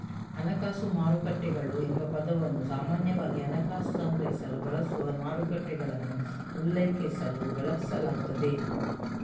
ಹಣಕಾಸು ಮಾರುಕಟ್ಟೆಗಳು ಎಂಬ ಪದವನ್ನು ಸಾಮಾನ್ಯವಾಗಿ ಹಣಕಾಸು ಸಂಗ್ರಹಿಸಲು ಬಳಸುವ ಮಾರುಕಟ್ಟೆಗಳನ್ನು ಉಲ್ಲೇಖಿಸಲು ಬಳಸಲಾಗುತ್ತದೆ